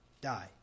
die